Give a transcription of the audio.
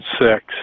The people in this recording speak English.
Six